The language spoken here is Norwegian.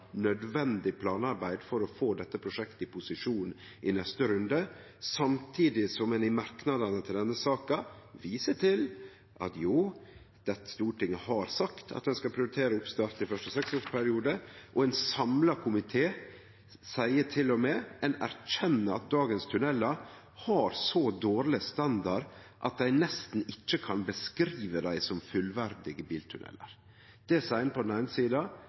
nødvendig planarbeid for å få dette prosjektet i posisjon i neste runde, samtidig som ein i merknadene i denne saka viser til at Stortinget har sagt at ein skal prioritere oppstart i første seksårsperiode, og ein samla komité seier til og med at ein erkjenner at dagens tunnelar har så dårleg standard at ein nesten ikkje kan beskrive dei som fullverdige biltunnelar. Det seier ein på den eine sida.